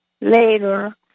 later